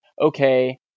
okay